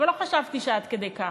אבל לא חשבתי שעד כדי כך.